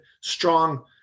strong